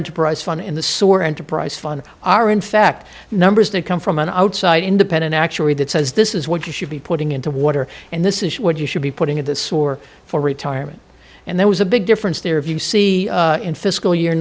enterprise fund in the sort enterprise fund are in fact numbers that come from an outside independent actuary that says this is what you should be putting into water and this is what you should be putting in this war for retirement and there was a big difference there if you see in fiscal year